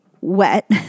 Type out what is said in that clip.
wet